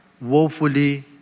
woefully